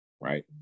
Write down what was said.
right